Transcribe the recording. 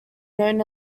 known